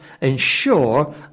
ensure